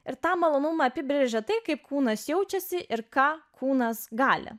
ir tą malonumą apibrėžia tai kaip kūnas jaučiasi ir ką kūnas gali